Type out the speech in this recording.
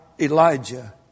Elijah